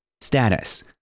Status